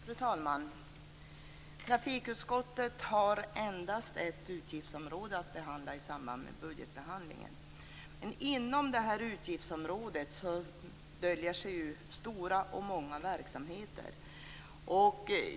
Fru talman! Trafikutskottet har endast ett utgiftsområde att avhandla i samband med budgetbehandlingen. Men inom detta utgiftsområde döljer sig många och stora verksamheter.